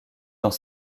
dans